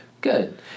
Good